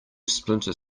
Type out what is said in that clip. splinter